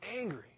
angry